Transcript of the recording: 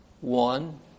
One